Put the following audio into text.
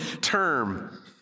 term